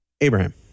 Abraham